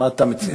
מה אתה מציע?